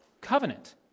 covenant